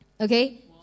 okay